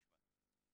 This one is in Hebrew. תשמע,